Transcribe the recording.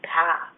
path